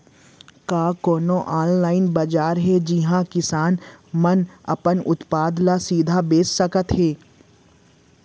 का कोनो अनलाइन बाजार हे जिहा किसान मन अपन उत्पाद ला सीधा बेच सकत हे?